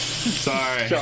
Sorry